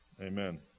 Amen